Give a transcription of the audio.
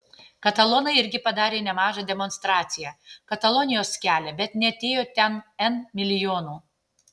katalonai irgi padarė nemažą demonstraciją katalonijos kelią bet neatėjo ten n milijonų